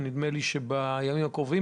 ונדמה לי שבימים הקרובים,